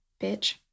bitch